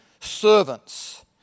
servants